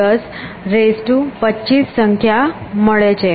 27 10 25 સંખ્યા મળે છે